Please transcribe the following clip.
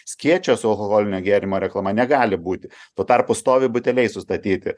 skėčio su alkoholinio gėrimo reklama negali būti tuo tarpu stovi buteliai sustatyti